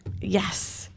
Yes